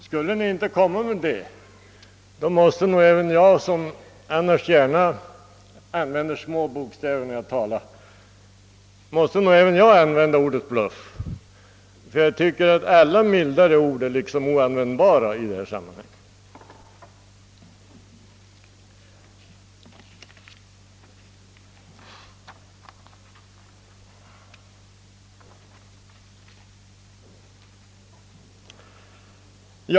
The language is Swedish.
Skulle ni inte anföra några exempel, måste nog även jag, som annars gärna talar med små bokstäver, använda ordet »bluff». Alla mildare ord är i så fall oanvändbara i detta sammanhang.